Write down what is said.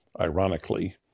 ironically